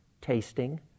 tasting